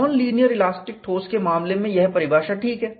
nonlinear elastic ठोस के मामले में यह परिभाषा ठीक है